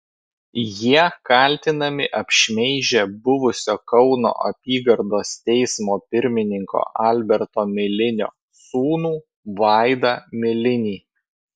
jie kaltinami apšmeižę buvusio kauno apygardos teismo pirmininko alberto milinio sūnų vaidą milinį